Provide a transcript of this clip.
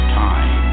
time